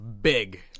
Big